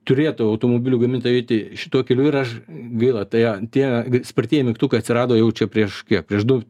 turėtų automobilių gamintojai eiti šituo keliu ir aš gaila tai a tie spartieji mygtukai atsirado jau čia prieš kiek prieš du